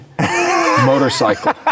motorcycle